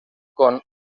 con